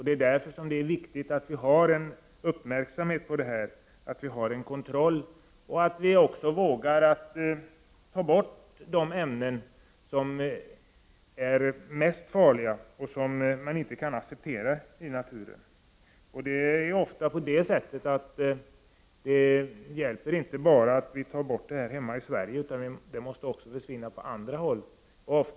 Det är därför viktigt att vi är uppmärksamma på problemen, att vi har en kontroll och att vi vågar stoppa användningen av de ämnen som är mest farliga och som vi inte kan acceptera i naturen. Det hjälper emellertid oftast inte att vi slutar använda dessa ämnen här hemma i Sverige, utan de måste försvinna på andra håll.